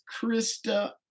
Krista